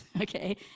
Okay